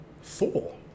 four